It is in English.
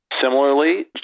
Similarly